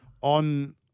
on